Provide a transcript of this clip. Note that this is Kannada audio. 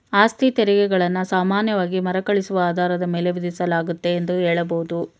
ಆಸ್ತಿತೆರಿಗೆ ಗಳನ್ನ ಸಾಮಾನ್ಯವಾಗಿ ಮರುಕಳಿಸುವ ಆಧಾರದ ಮೇಲೆ ವಿಧಿಸಲಾಗುತ್ತೆ ಎಂದು ಹೇಳಬಹುದು